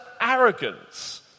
arrogance